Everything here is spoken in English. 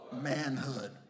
manhood